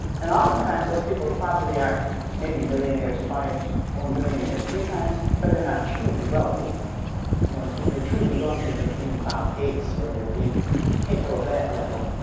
and oftentime those people probably are maybe millionaires twice or millionaires three times, but they're not truly wealthy when when you're truly wealthy, you're being bob gates or you're being people of that level,